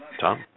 Tom